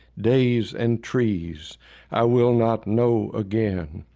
days and trees i will not know again.